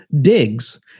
digs